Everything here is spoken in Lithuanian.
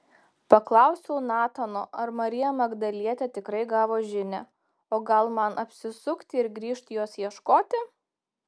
paklausiau natano ar marija magdalietė tikrai gavo žinią o gal man apsisukti ir grįžt jos ieškoti